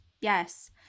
yes